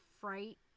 fright